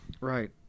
Right